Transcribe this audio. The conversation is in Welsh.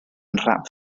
nhrap